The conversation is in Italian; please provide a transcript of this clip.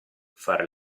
far